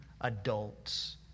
adults